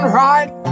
right